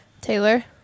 Taylor